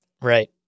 Right